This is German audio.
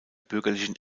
bürgerlichen